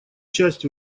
часть